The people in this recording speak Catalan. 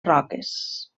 roques